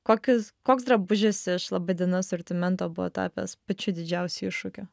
kokius koks drabužis iš laba diena asortimento buvo tapęs pačiu didžiausiu iššūkiu